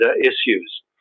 issues